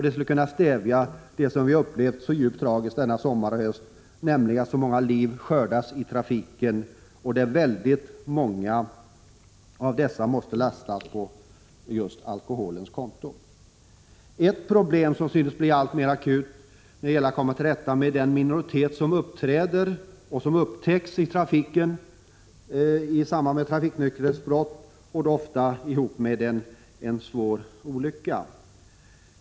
Det skulle stävja det som vi har upplevt så djupt tragiskt denna sommar och höst, nämligen att så många liv skördas i trafiken, där väldigt många måste lastas på just alkoholens konto. Ett problem som synes bli alltmer akut gäller att komma till rätta med den minoritet som uppträder och som upptäcks i samband med trafiknykterhetsbrott, oftast vid en svår olycka.